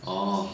oh